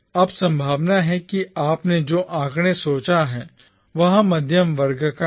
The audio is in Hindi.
अब संभावना है कि आपने जो आंकड़े सोचा है वह मध्यवर्ग का है